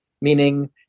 meaning